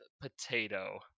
potato